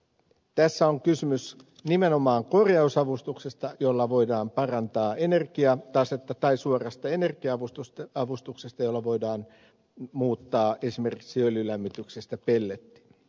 tässä on kysymys nimenomaan korjausavustuksesta jolla voidaan parantaa energiatasetta tai suorasta energia avustuksesta jolla voidaan muuttaa esimerkiksi öljylämmityksestä pellettiin